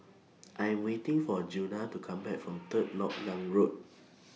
I Am waiting For Djuna to Come Back from Third Lok Yang Road